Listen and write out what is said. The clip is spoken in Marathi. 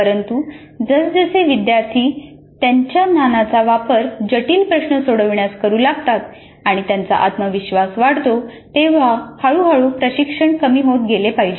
परंतु जसजसे विद्यार्थी त्यांच्या ज्ञानाचा वापर जटिल प्रश्न सोडविण्यास करू लागतात आणि त्यांचा आत्मविश्वास वाढतो तेव्हा हळूहळू प्रशिक्षण कमी होत गेले पाहिजे